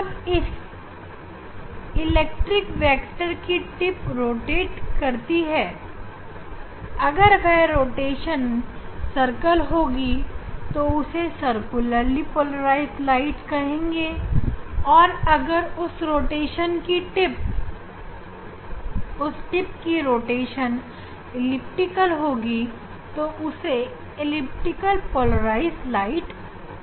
जब इस electric vector की नोक रोटेट करती है अगर वह रोटेशन सर्कल होगी तो उसे सर्कुलरली पोलराइज प्रकाश कहेंगे और अगर उस रोटेशन की नोक एलिप्टिकल होगी तो उसे एलिप्टिकल पोलराइज प्रकाश कहेंगे